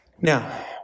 Now